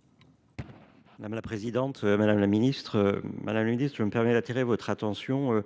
des solidarités. Madame la ministre, je me permets d’attirer votre attention